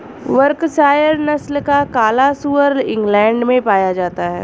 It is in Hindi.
वर्कशायर नस्ल का काला सुअर इंग्लैण्ड में पाया जाता है